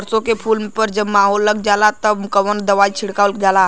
सरसो के फूल पर जब माहो लग जाला तब कवन दवाई छिड़कल जाला?